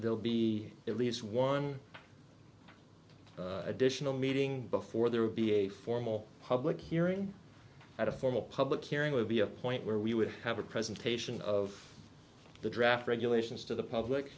will be at least one additional meeting before there will be a formal public hearing at a formal public hearing would be a point where we would have a presentation of the draft regulations to the public